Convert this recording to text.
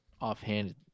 offhand